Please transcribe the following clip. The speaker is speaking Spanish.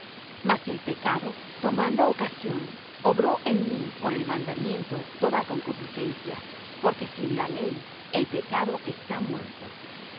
mas el pecado tomando ocasión obró en mí por el mandamiento toda concupiscencia porque sin la ley el pecado está muerto